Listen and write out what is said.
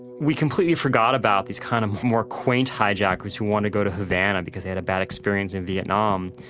we completely forgot about these kind of more quaint hijackers who want to go to havana because they had a bad experience in vietnam.